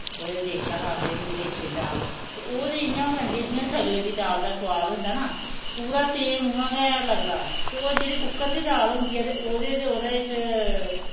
उ'दे देचका गै आखदे देचके दी दाल ते ओह् ते इ'यां बनदी जि'यां सगले दी दाल दा सुआद होंदा ना पूरा सेम उ'आं गै लगदा ते ओह् जेह्ड़ी कुक्कर दी दाल होंदी ऐ ते ओह्दे ते ओह्दे च